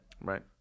Right